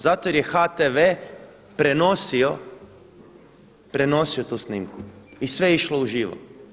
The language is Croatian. Zato jer je HTV prenosio tu snimku i sve je išlo u živo.